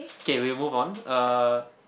okay we move on uh